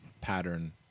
pattern